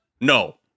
No